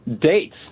dates